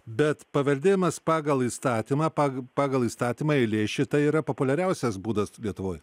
bet paveldėjimas pagal įstatymą pagal pagal įstatymą eilė šita yra populiariausias būdas lietuvoj